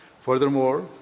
Furthermore